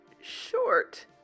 short